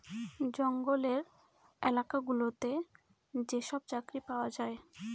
জঙ্গলের এলাকা গুলোতে যেসব চাকরি পাওয়া যায়